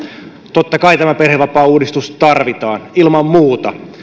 totta kai tämä perhevapaauudistus tarvitaan ilman muuta